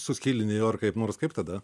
suskylinėjo ar kaip nors kaip tada